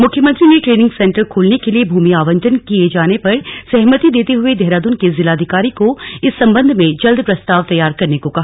मुख्यमंत्री ने training centre खोलने के लिए भूमि आवंटन किए जाने पर सहमति देते हुए देहरादून के जिलाधिकारी को इस सम्बन्ध में जल्द प्रस्ताव तैयार करने को कहा